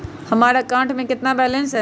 हमारे अकाउंट में कितना बैलेंस है?